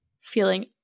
feeling